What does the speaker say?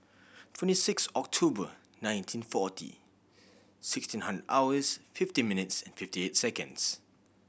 twenty six October nineteen forty sixteen hours fifty minutes and fifty eight seconds